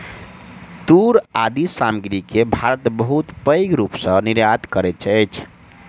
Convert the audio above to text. तूर आदि सामग्री के भारत बहुत पैघ रूप सॅ निर्यात करैत अछि